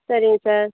சரிங்க சார்